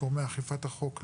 לגורמי אכיפת החוק,